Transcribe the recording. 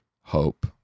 hope